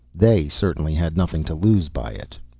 they certainly had nothing to lose by it.